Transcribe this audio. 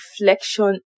reflection